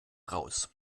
raus